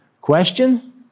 Question